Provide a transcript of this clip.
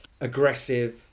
aggressive